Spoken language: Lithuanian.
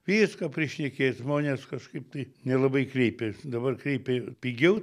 viską prišnekėt žmonės kažkaip tai nelabai kreipė dabar kreipia pigiau